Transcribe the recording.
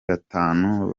batanu